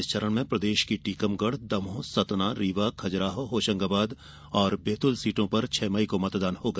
इस चरण में प्रदेश की टीकमगढ दमोह सतना रीवा खजुराहो होशंगाबाद और बैतुल सीटों पर छह मई को मतदान होगा